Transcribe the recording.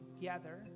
together